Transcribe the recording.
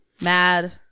Mad